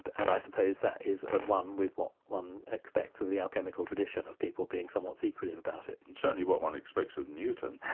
and i suppose that is at one with what one expects of the alchemical tradition of people being somewhat secretive about it. it's certainly what one expects of newton.